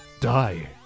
Die